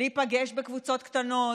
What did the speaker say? להיפגש בקבוצות קטנות,